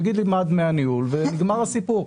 יגיד לי מה דמי הניהול ונגמר הסיפור.